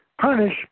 punish